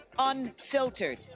unfiltered